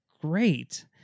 great